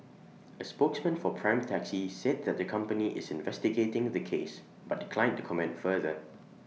A spokesman for prime taxi said that the company is investigating the case but declined to comment further